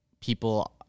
people